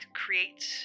creates